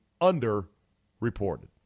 under-reported